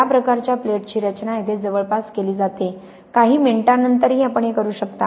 या प्रकारच्या प्लेट्सची रचना येथे जवळपास केली जाते काही मिनिटांनंतरही आपण हे करू शकता